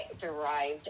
derived